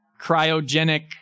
cryogenic